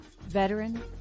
veteran